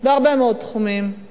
בהרבה מאוד תחומים,